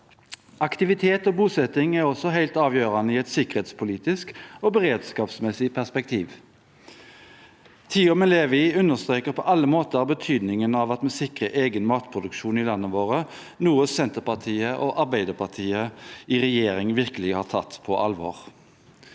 Aktivitet og bosetting er også helt avgjørende i et sikkerhetspolitisk og beredskapsmessig perspektiv. Tiden vi lever i, understreker på alle måter betydningen av at vi sikrer egen matproduksjon i landet vårt, noe Senterpartiet og Arbeiderpartiet i regjering virkelig har tatt på alvor.